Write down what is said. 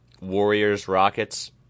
Warriors-Rockets